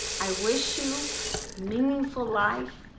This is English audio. i wish you meaningful life,